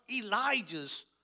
Elijah's